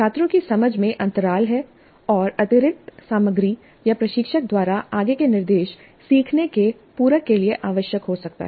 छात्रों की समझ में अंतराल हैं और अतिरिक्त सामग्री या प्रशिक्षक द्वारा आगे के निर्देश सीखने के पूरक के लिए आवश्यक हो सकता है